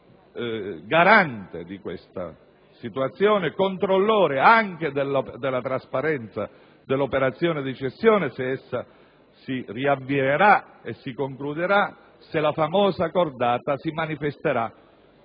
garante di questa situazione, controllore anche della trasparenza dell'operazione di cessione, se essa si riavvierà e si concluderà qualora nei prossimi giorni si manifestasse